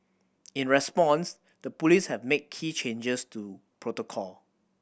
in response the police have made key changes to protocol